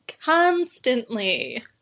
constantly